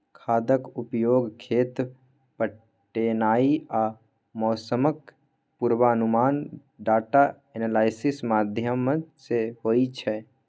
खादक उपयोग, खेत पटेनाइ आ मौसमक पूर्वानुमान डाटा एनालिसिस माध्यमसँ होइ छै